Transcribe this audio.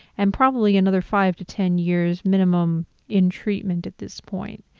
and probably another five ten years minimum in treatment at this point.